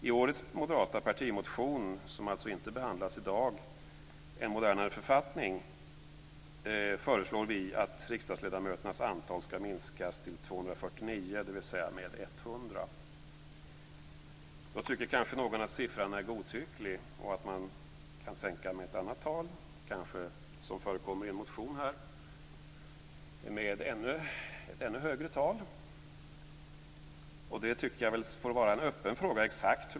I årets moderata partimotion, En modernare författning, som alltså inte behandlas i dag, föreslår vi att riksdagsledamöternas antal ska minskas till 249, dvs. med 100. Någon kanske tycker att siffran är godtycklig och att man kan sänka med ett annat och ännu högre tal, t.ex. det som förekommer i en motion. Exakt hur många riksdagsledamöter vi ska ha tycker jag får vara en öppen fråga.